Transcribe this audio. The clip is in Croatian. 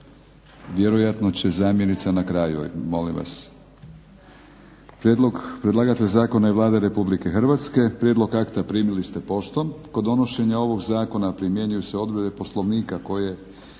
Vjerojatno će zamjenica na kraju, molim vas. Predlagatelj zakona je Vlada Republike Hrvatske. Prijedlog akta primili ste poštom. Kod donošenja ovog zakona primjenjuju se odredbe Poslovnika koje